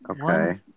Okay